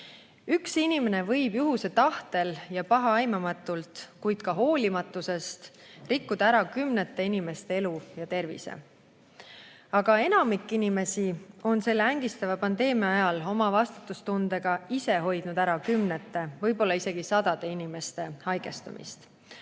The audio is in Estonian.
Üks inimene võib juhuse tahtel pahaaimamatult, kuid ka hoolimatusest rikkuda ära kümnete inimeste elu ja tervise. Aga enamik inimesi on selle ängistava pandeemia ajal vastutustundest hoidnud ära kümnete või isegi sadade inimeste haigestumise.